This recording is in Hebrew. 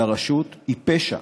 של הרשות, היא פשע,